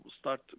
start